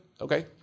Okay